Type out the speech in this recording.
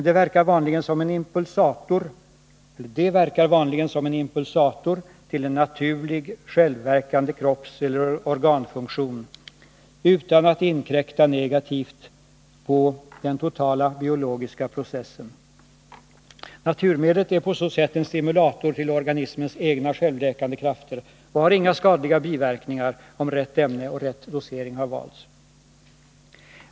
Det verkar vanligen som en impulsator till en naturlig självverkande kroppseller organfunktion utan att inkräkta negativt på den totala biologiska processen. Naturmedlet är på så sätt en stimulator till organismens egna självläkande krafter och har inga skadliga biverkningar, om rätt ämne och rätt dosering har valts.